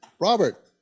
Robert